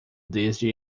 desde